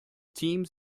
teams